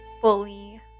fully